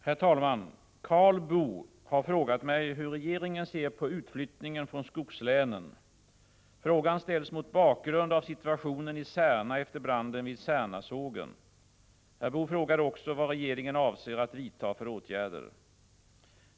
Herr talman! Karl Boo har frågat mig hur regeringen ser på utflyttningen från skogslänen. Frågan ställs mot bakgrund av situationen i Särna efter branden vid Särnasågen. Herr Boo frågar också vad regeringen avser att vidtaga för åtgärder.